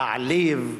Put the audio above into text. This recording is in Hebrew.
להעליב,